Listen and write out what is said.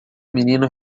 menino